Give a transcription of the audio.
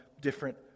different